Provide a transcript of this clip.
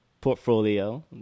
portfolio